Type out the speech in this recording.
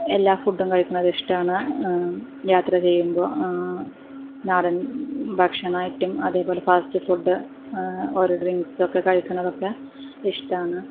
എല്ലാ ഫുഡും കഴിക്കുന്നത് ഇഷ്ടമാണ് യാത്ര ചെയ്യുമ്പോൾ നാടൻ ഭക്ഷണമായിട്ടും അതേ പോലെ ഫാസ്റ്റ് ഫുഡ് ഓരോ ഡ്രിങ്ക്സൊക്കെ കഴിക്കുന്നതൊക്കെ ഇഷ്ടമാണ്